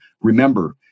Remember